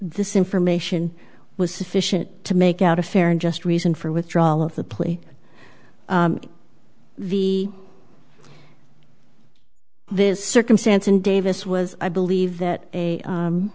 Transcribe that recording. this information was sufficient to make out a fair and just reason for withdrawal of the plea v this circumstance in davis was i believe that a